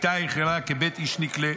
היה היכלה כבית איש נקלה.